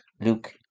Luke